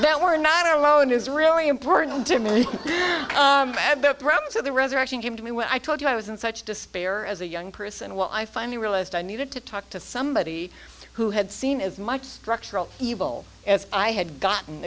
that we're not alone is really important to me and the promise of the resurrection came to me when i told you i was in such despair as a young person well i finally realized i needed to talk to somebody who had seen as much structural evil as i had gotten